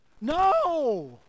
No